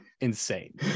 insane